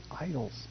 idols